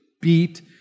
beat